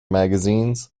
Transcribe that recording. magazines